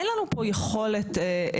אין לנו פה יכולת להתפרס,